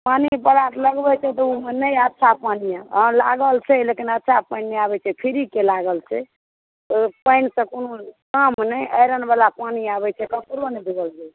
पानि पर आस लगबैत छै तऽ ओहिमे नहि आब साफ पानि हँ लागल छै लेकिन अच्छा पानि नहि आबैत छै फ्रीके लागल छै तऽ ओ पानिसँ कोनो काम नहि आयरन वला पानी आबैत छै ककरो नहि बुझल छै